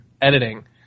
editing